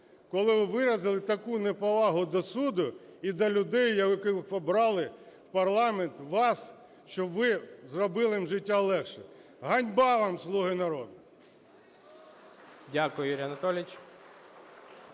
коли ви виразили таку неповагу до суду і до людей, які обрали в парламент вас, щоб ви зробили їм життя легшим. Ганьба вам, "слуги народу"! ГОЛОВУЮЧИЙ. Дякую, Юрій Анатолійович.